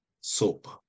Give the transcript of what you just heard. soap